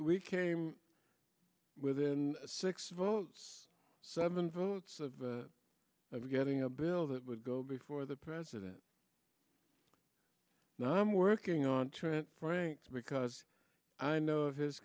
we came within six votes seven votes of getting a bill that would go before the president now i'm working on trent franks because i know